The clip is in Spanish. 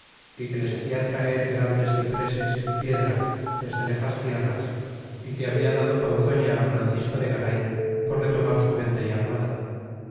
y que les hacia traer grandes ci preses y piedra desde lexas tierras y que habla dado ponzoña francisco de garay por le tomar su gente y armada